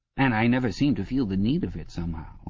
and i never seemed to feel the need of it, somehow.